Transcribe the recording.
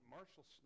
Marshall